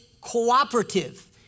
cooperative